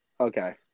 Okay